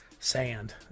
sand